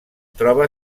troba